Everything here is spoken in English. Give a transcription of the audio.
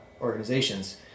organizations